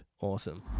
awesome